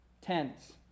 tents